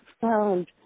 found